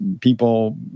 People